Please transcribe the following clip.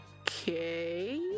okay